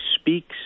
speaks